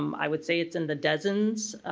um i would say it's in the dozens,